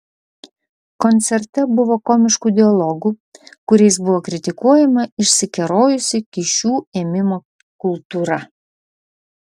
koncerte buvo komiškų dialogų kuriais buvo kritikuojama išsikerojusi kyšių ėmimo kultūra